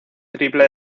triple